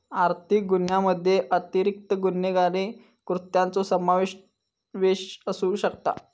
आर्थिक गुन्ह्यामध्ये अतिरिक्त गुन्हेगारी कृत्यांचो समावेश असू शकता